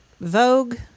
Vogue